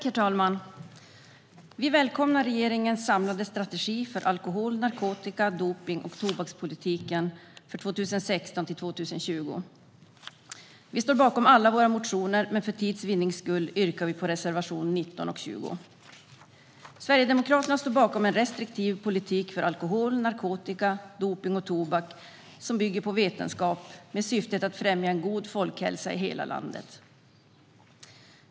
Herr talman! Vi välkomnar regeringens samlade strategi för alkohol, narkotika, dopnings och tobakspolitiken 2016-2020. Vi står bakom alla våra motioner, men för tids vinnande yrkar vi bifall endast till reservationerna 19 och 20. Sverigedemokraterna står bakom en restriktiv politik för alkohol, narkotika, dopning och tobak som bygger på vetenskap, med syftet att främja en god folkhälsa i hela landet.